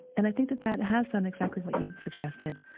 and i think that that has done exactly what you've suggested.